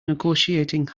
negotiating